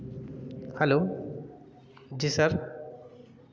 hello जी sir